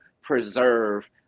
preserve